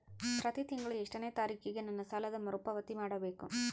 ಪ್ರತಿ ತಿಂಗಳು ಎಷ್ಟನೇ ತಾರೇಕಿಗೆ ನನ್ನ ಸಾಲದ ಮರುಪಾವತಿ ಮಾಡಬೇಕು?